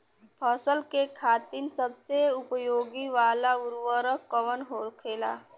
फसल के खातिन सबसे उपयोग वाला उर्वरक कवन होखेला?